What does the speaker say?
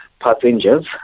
passengers